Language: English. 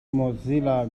mozilla